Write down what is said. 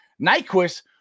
Nyquist